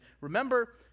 remember